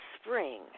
spring